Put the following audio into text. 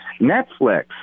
Netflix